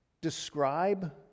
describe